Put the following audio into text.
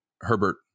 Herbert